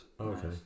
Okay